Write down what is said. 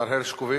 השר הרשקוביץ.